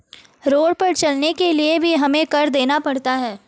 road पर चलने के लिए भी हमें कर देना पड़ता है